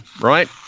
right